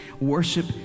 worship